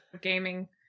gaming